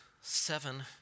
seven